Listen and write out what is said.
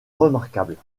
remarquables